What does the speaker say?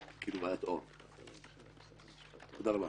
תודה רבה.